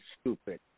stupid